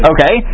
Okay